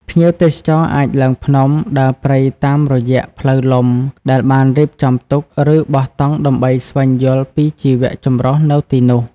ភ្ញៀវទេសចរអាចឡើងភ្នំ ដើរព្រៃតាមរយៈផ្លូវលំដែលបានរៀបចំទុក ឬបោះតង់ដើម្បីស្វែងយល់ពីជីវៈចម្រុះនៅទីនោះ។